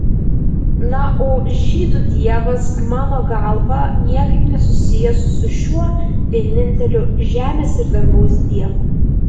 na o žydų dievas mano galva niekaip nesusijęs su šiuo vieninteliu žemės ir dangaus dievu